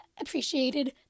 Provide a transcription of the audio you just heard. appreciated